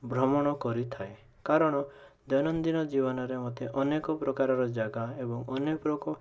ଭ୍ରମଣ କରିଥାଏ କାରଣ ଦୈନନ୍ଦିନ ଜୀବନରେ ମୋତେ ଅନେକ ପ୍ରକାରର ଜାଗା ଏବଂ ଅନେକ ରୋକ